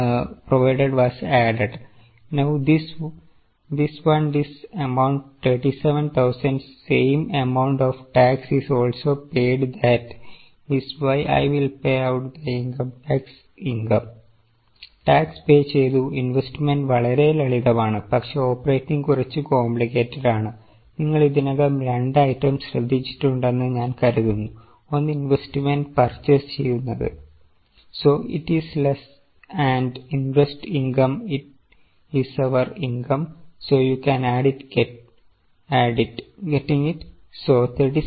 Now this one this amount 37000 same amount of tax is also paid that is why I will pay out the income tax income tax pay ചെയ്തു investment വളരെ ലളിതമാണ്പക്ഷെ operating കുറച്ച് complicated ആണ്നിങ്ങൾ ഇതിനകം രണ്ട് items ശ്രദ്ധിച്ചിട്ടുണ്ടെന്ന് ഞാൻ കരുതുന്നു ഒന്ന് ഇൻവെസ്റ്റ്മെന്റ് പർചെയ്സ് ചെയ്യുന്നത് so it is less and interest income is our income so you add it getting it